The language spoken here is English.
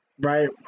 Right